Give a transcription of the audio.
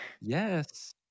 Yes